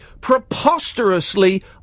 preposterously